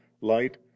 light